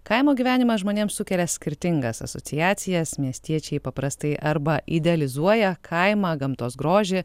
kaimo gyvenimas žmonėms sukelia skirtingas asociacijas miestiečiai paprastai arba idealizuoja kaimą gamtos grožį